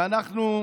ואנחנו,